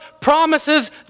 promises